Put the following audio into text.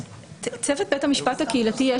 צוות בית המשפט הקהילתי,